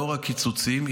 לאור הקיצוצים,